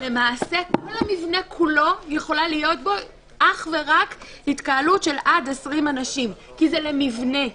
כל המבנה יכולה להיות בו התקהלות של עד 20 אנשים כי זה מבנה.